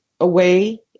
away